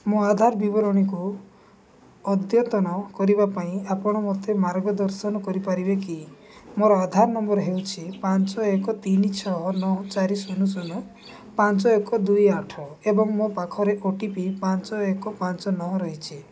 ମୋ ଆଧାର ବିବରଣୀକୁ ଅଦ୍ୟତନ କରିବା ପାଇଁ ଆପଣ ମୋତେ ମାର୍ଗଦର୍ଶନ କରିପାରିବେ କି ମୋର ଆଧାର ନମ୍ବର ହେଉଛି ପାଞ୍ଚ ଏକ ତିନି ଛଅ ନଅ ଚାରି ଶୂନ ଶୂନ ପାଞ୍ଚ ଏକ ଦୁଇ ଆଠ ଏବଂ ମୋ ପାଖରେ ଓ ଟି ପି ପାଞ୍ଚ ଏକ ପାଞ୍ଚ ନଅ ରହିଛି